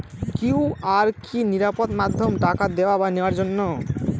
QR কি নিরাপদ মাধ্যম টাকা দেওয়া বা নেওয়ার জন্য?